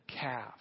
calf